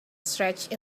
stretched